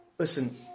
Listen